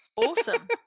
Awesome